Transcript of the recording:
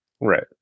Right